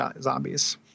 zombies